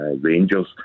Rangers